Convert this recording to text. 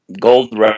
gold